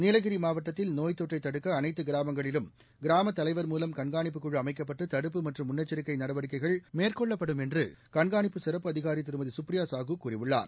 நீலகிரி மாவட்டத்தில் நோய் தொற்றை தடுக்க அனைத்து கிராமங்களிலும் கிராம தலைவா் மூவம் கண்காணிப்பு குழு அமைக்கப்பட்டு தடுப்பு மற்றும் முன்னெச்சிக்கை நடவடிக்கைகள் மேற்கொள்ளப்படும் கண்காணிப்பு சிறப்பு அதிகாரி திருமதி சுப்ரியா சாஹூ கூறியுள்ளார்